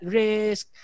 risk